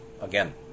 again